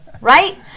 right